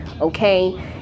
okay